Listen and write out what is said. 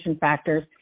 factors